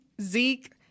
Zeke